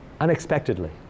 Unexpectedly